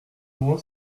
loin